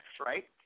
right